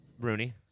Rooney